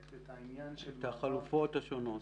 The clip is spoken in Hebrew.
את העניין של -- את החלופות השונות,